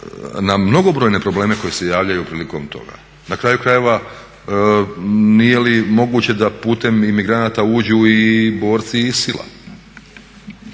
na mnogobrojne probleme koji se javljaju prilikom toga? Na kraju krajeva, nije li moguće da putem imigranata uđu i borci ISIL-a?